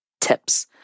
tips